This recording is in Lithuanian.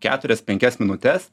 keturias penkias minutes